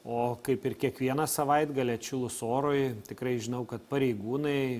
o kaip ir kiekvieną savaitgalį atšilus orui tikrai žinau kad pareigūnai